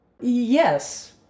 Yes